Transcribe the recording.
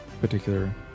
particular